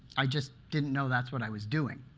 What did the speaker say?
i just didn't know that's what i was doing.